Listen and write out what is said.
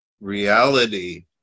reality